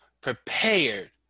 prepared